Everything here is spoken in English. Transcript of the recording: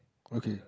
okay